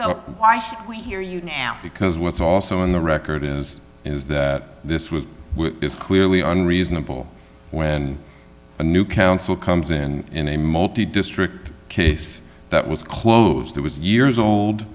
so why should we hear you now because what's also in the record is is that this was is clearly on reasonable when a new counsel comes in in a multi district case that was closed it was years old